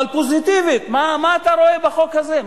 אבל פוזיטיבית, מה אתה רואה בחוק הזה?